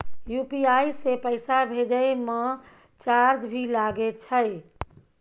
UPI से पैसा भेजै म चार्ज भी लागे छै?